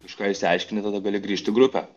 kažką išsiaiškini tada gali grįžt į grupę